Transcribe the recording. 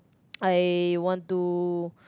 I want to